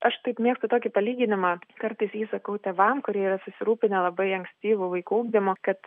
aš taip mėgstu tokį palyginimą kartais jį sakau tėvam kurie yra susirūpinę labai ankstyvu vaiko ugdymu kad